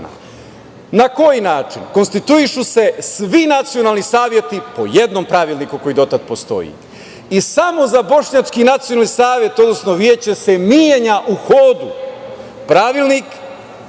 Na koji način? Konstituišu se svi nacionalni saveti po jednom pravilniku koji do tad postoji i samo za Bošnjački nacionalni savet, odnosno veće se menja u hodu Pravilnik,